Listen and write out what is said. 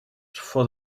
for